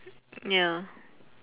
ya